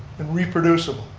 and reproducible.